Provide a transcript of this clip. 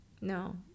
no